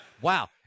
wow